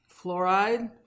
fluoride